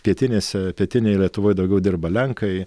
pietinėse pietinėj lietuvoj daugiau dirba lenkai